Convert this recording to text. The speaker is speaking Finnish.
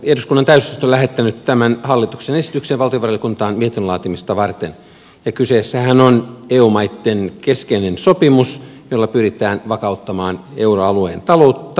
eduskunnan täysistunto on lähettänyt tämän hallituksen esityksen valtiovarainvaliokuntaan mietinnön laatimista varten ja kyseessähän on eu maitten keskeinen sopimus jolla pyritään vakauttamaan euroalueen talouksia